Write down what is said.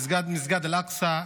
מסגד אל-אקצא,